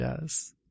yes